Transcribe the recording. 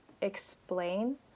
explain